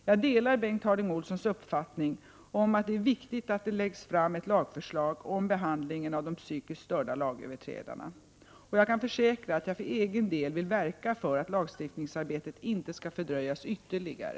Jag delar Bengt Harding Olsons uppfattning om att det är viktigt att det läggs fram ett lagförslag om behandlingen av de psykiskt störda lagöverträdarna, och jag kan försäkra att jag för egen del vill verka för att lagstiftningsarbetet inte skall fördröjas ytterligare.